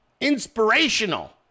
Inspirational